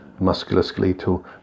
musculoskeletal